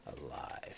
alive